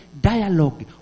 dialogue